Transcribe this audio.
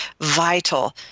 vital